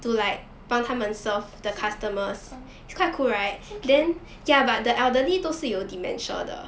so um so cute